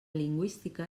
lingüística